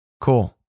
Cool